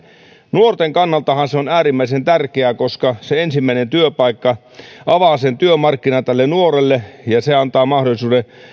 nuorten kannaltahan se on äärimmäisen tärkeää koska se ensimmäinen työpaikka avaa työmarkkinat nuorelle ja antaa mahdollisuuden